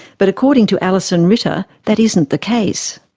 but according to alison ritter, that isn't the case.